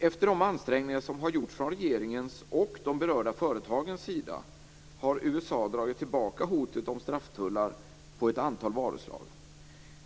Efter de ansträngningar som har gjorts från regeringens och de berörda företagens sida har USA dragit tillbaka hotet om strafftullar på ett antal varuslag.